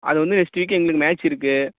அது வந்து நெக்ஸ்ட் வீக்கு எங்களுக்கு மேட்ச் இருக்கு